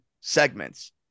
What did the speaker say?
segments